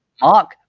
Mark